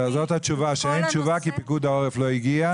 זוהי התשובה: אין תשובה, כי פיקוד העורף לא הגיע.